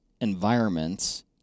environments